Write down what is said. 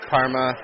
Karma